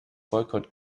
boycott